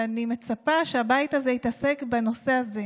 ואני מצפה שהבית הזה יתעסק בנושא הזה.